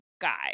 guy